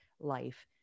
life